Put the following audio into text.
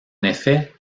effet